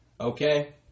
Okay